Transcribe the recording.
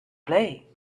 play